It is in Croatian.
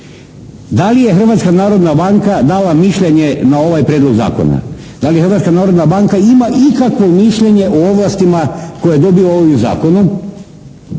da li je Hrvatska narodna banka dala mišljenje na ovaj prijedlog zakona? Da li Hrvatska narodna banka ima ikakvo mišljenje o ovlastima koje dobija ovim zakonom